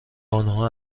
انها